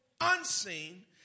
unseen